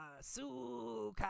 Suka